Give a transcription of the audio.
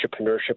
entrepreneurship